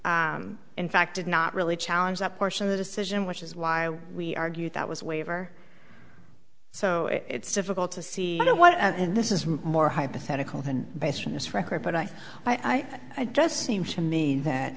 in fact did not really challenge that portion of the decision which is why we argued that was a waiver so it's difficult to see you know what and this is more hypothetical than based on this record but i think i just seems to me that